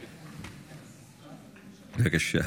בבקשה.